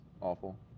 awful